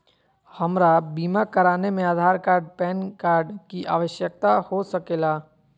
हमरा बीमा कराने में आधार कार्ड पैन कार्ड की आवश्यकता हो सके ला?